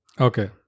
Okay